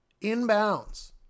inbounds